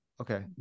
Okay